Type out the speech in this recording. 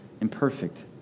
imperfect